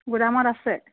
গুদামত আছে